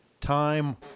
time